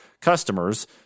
customers